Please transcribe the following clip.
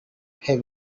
have